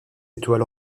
étoile